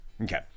Okay